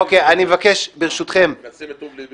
אוקיי, אני מבקש, ברשותכם